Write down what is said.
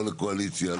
לא לקואליציה,